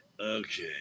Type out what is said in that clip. Okay